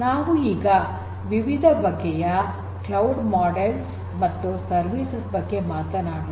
ನಾವು ಈಗ ವಿವಿಧ ಬಗೆಯ ಕ್ಲೌಡ್ ಮೋಡೆಲ್ಸ್ ಮತ್ತು ಸರ್ವಿಸಸ್ ಬಗ್ಗೆ ಮಾತನಾಡೋಣ